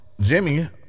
Jimmy